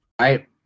right